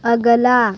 अगला